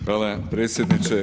Hvala predsjedniče.